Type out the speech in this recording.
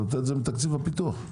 לתת תקציב הפיתוח.